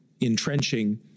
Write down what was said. entrenching